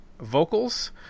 vocals